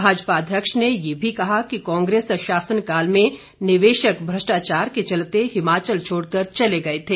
भाजपा अध्यक्ष ने ये भी कहा कि कांग्रेस शासन काल में निवेशक भ्रष्टाचार के चलते हिमाचल छोडकर चले गए थे